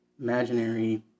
imaginary